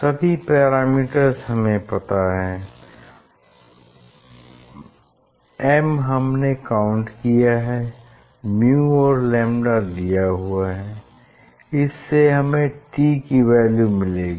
सभी पैरामीटर्स हमें पता है m हमने काउंट किया है म्यू और लैम्डा दिया हुआ है इससे हमें t की वैल्यू मिलेगी